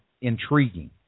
intriguing